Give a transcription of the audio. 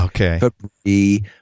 Okay